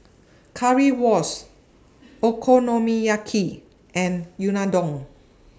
Currywurst Okonomiyaki and Unadon